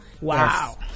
Wow